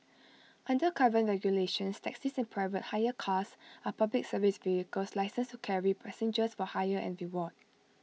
under current regulations taxis and private hire cars are Public Service vehicles licensed to carry passengers for hire and reward